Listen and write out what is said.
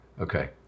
Okay